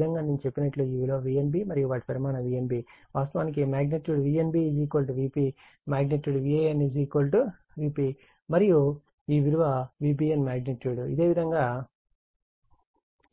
అదేవిధంగా నేను చెప్పినట్లుగా ఈ విలువ Vnb మరియు వాటి పరిమాణం Vnb వాస్తవానికి VnbVp VanVp మరియు ఈ విలువ Vbn మాగ్నిట్యూడ్ ఇదే విధంగా